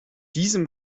diesem